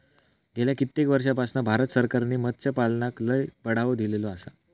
गेल्या कित्येक वर्षापासना भारत सरकारने मत्स्यपालनाक लय बढावो दिलेलो आसा